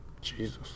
Jesus